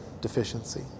deficiency